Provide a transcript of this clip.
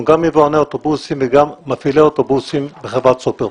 אנחנו גם יבואני אוטובוסים וגם מפעילי אוטובוסים בחברת סופרבוס.